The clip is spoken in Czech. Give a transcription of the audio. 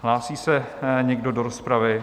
Hlásí se někdo do rozpravy?